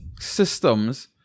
systems